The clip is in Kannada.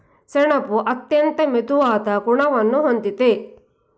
ಸೆಣಬು ಅತ್ಯಂತ ಮೃದುವಾದ ಗುಣವನ್ನು ಹೊಂದಿದೆ